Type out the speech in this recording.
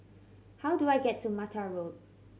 how do I get to Mattar Road